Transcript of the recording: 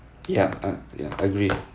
ya uh ya agree